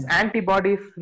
antibodies